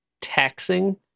taxing